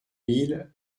mille